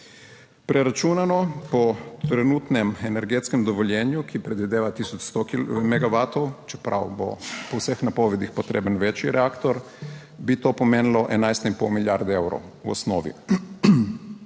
Preračunano po trenutnem energetskem dovoljenju, ki predvideva tisoč 100 megavatov, čeprav bo po vseh napovedih potreben večji reaktor, bi to pomenilo 11 in pol milijarde evrov v osnovi.